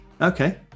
Okay